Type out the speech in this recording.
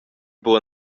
buca